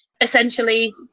Essentially